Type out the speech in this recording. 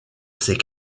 ces